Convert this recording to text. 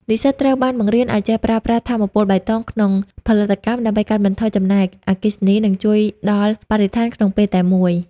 និស្សិតត្រូវបានបង្រៀនឱ្យចេះប្រើប្រាស់ "ថាមពលបៃតង" ក្នុងផលិតកម្ម ដើម្បីកាត់បន្ថយចំណាយអគ្គិសនី និងជួយដល់បរិស្ថានក្នុងពេលតែមួយ។